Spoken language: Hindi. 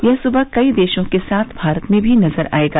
यह सुबह कई देशों के साथ भारत में भी नजर आयेगा